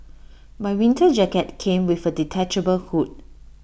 my winter jacket came with A detachable hood